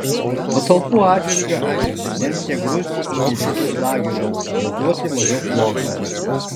patalpų atžvilgiu aiški tendencija grūsti į didesnius lagerius ir duoti mažiau ploto